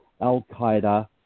al-Qaeda